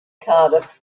cardiff